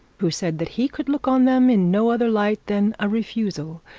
who said that he could look on them in no other light than a refusal.